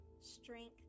strength